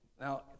Now